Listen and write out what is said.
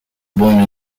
born